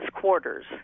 quarters